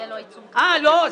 יהיה לו עיצום --- לא,